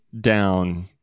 down